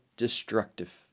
destructive